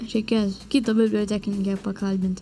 reikės kitą bibliotekininkę pakalbint